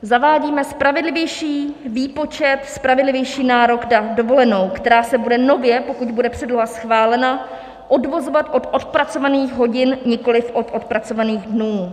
Zavádíme spravedlivější výpočet, spravedlivější nárok na dovolenou, která se bude nově, pokud bude předloha schválena, odvozovat od odpracovaných hodin, nikoli od odpracovaných dnů.